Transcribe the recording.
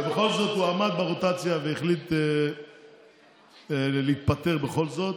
ובכל זאת הוא עמד ברוטציה והחליט להתפטר בכל זאת,